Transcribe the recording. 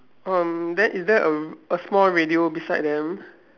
um then is there a a small radio beside them